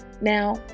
Now